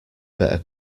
better